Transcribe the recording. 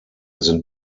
sind